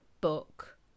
book